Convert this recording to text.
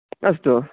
अस्तु